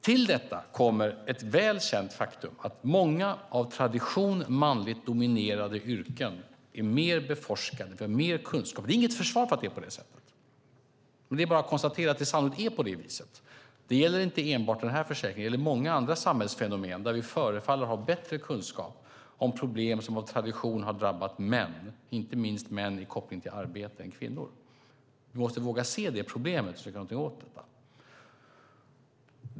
Till detta kommer ett väl känt faktum att många av tradition manligt dominerade yrken är mer beforskade. Vi har mer kunskap. Det är inget försvar för att det är på det sättet, men det är bara att konstatera att det sannolikt är så. Det gäller inte enbart den här försäkringen. Det gäller många andra samhällsfenomen, där vi förefaller ha bättre kunskap om problem som av tradition har drabbat män, och inte minst män i koppling till arbete, mer än kvinnor. Vi måste våga se det problemet för att kunna göra någonting åt det.